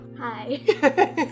Hi